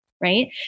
right